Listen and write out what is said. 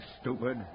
stupid